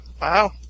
Wow